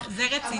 זה רציני?